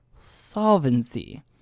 solvency